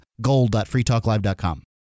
gold.freetalklive.com